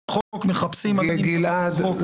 שמציעי החוק מחפשים --- גלעד,